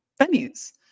venues